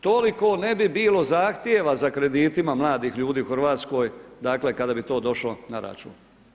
Toliko ne bi bilo zahtjeva za kreditima mladih ljudi u Hrvatskoj dakle kada bi to došlo na račun.